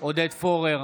עודד פורר,